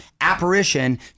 Apparition